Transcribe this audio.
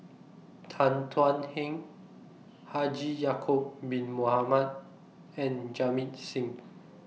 Tan Thuan Heng Haji Ya'Acob Bin Mohamed and Jamit Singh